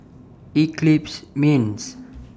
Eclipse Mints